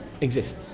exist